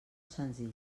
senzill